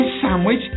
sandwich